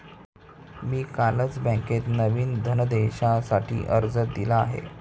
मी कालच बँकेत नवीन धनदेशासाठी अर्ज दिला आहे